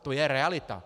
To je realita.